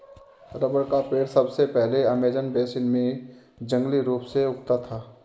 rubber का पेड़ सबसे पहले अमेज़न बेसिन में जंगली रूप से उगता था